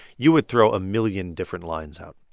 you would throw a million different lines out.